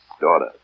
daughter